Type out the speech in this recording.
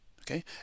Okay